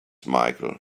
michael